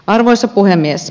arvoisa puhemies